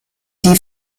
die